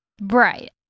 right